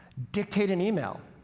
dictate an email,